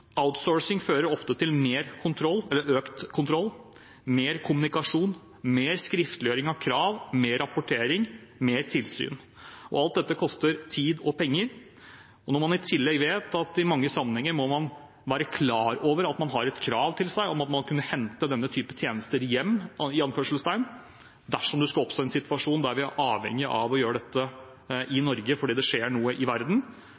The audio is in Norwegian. fører ofte til økt kontroll, mer kommunikasjon, mer skriftliggjøring av krav, mer rapportering og mer tilsyn. Alt dette koster tid og penger, og når man i tillegg vet at man i mange sammenhenger må være klar over at man har et krav på seg om at man skal kunne hente denne typen tjenester «hjem» dersom det skulle oppstå en situasjon der vi er avhengige av å gjøre dette i Norge fordi det skjer noe i verden,